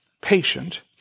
Patient